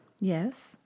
Yes